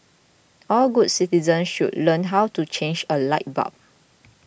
all good citizens should learn how to change a light bulb